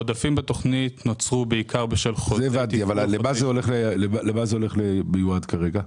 את זה הבנתי אבל למה זה מיועד כרגע?